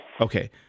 Okay